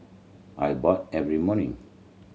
I every morning